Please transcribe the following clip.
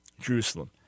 Jerusalem